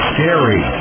Scary